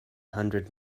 hundred